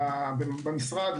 במשרד,